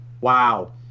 Wow